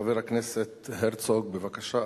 חבר הכנסת יצחק הרצוג, בבקשה.